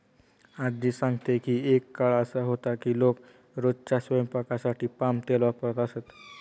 आज्जी सांगते की एक काळ असा होता की लोक रोजच्या स्वयंपाकासाठी पाम तेल वापरत असत